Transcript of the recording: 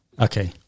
okay